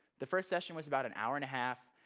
the first session was about an hour and a half,